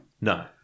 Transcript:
No